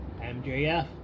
MJF